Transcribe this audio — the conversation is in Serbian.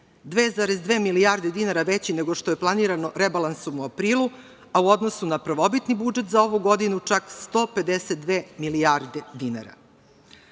132,2 milijarde dinara veći nego što je planirano rebalansom u aprilu, a u odnosu na prvobitni budžet za ovu godinu čak 152 milijarde dinara. Ako